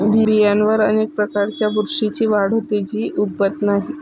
बियांवर अनेक प्रकारच्या बुरशीची वाढ होते, जी उगवत नाही